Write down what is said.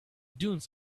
dunes